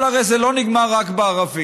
אבל הרי זה לא נגמר רק בערבים.